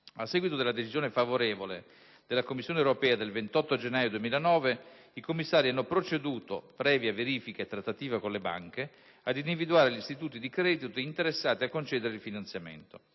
A seguito della decisione favorevole della Commissione europea del 28 gennaio 2009, i commissari hanno proceduto, previa verifica e trattativa con le banche, ad individuare gli istituti di credito, interessati a concedere il finanziamento.